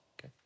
okay